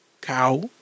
Cow